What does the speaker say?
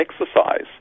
exercise